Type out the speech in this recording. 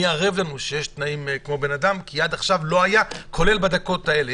עד עכשיו לא היו תנאים הולמים, כולל בדקות האלה.